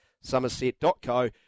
somerset.co